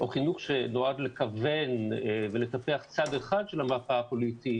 או חינוך שנועד לכוון ולטפח צד אחד של המפה הפוליטית.